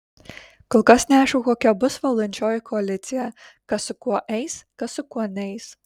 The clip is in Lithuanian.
kol kas neaišku kokia bus valdančioji koalicija kas su kuo eis kas su kuo neis